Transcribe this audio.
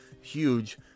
huge